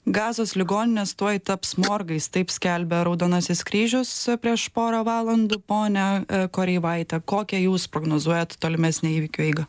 gazos ligoninės tuoj taps morgais taip skelbė raudonasis kryžius prieš porą valandų ponia koreivaite kokią jūs prognozuojat tolimesnę įvykių eigą